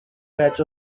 batch